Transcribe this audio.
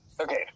Okay